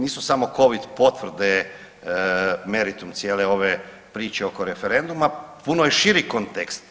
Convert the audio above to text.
Nisu samo Covid potvrde meritum cijele ove priče oko referenduma, puno je širi kontekst.